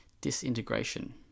Disintegration